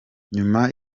nyuma